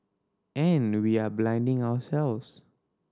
and we are blinding ourselves